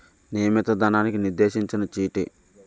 నియమిత ధనానికి నిర్దేశించిన చీటీ